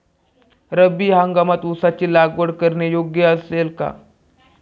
रब्बी हंगामात ऊसाची लागवड करणे योग्य असेल का?